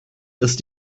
ist